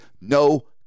no